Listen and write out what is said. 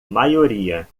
maioria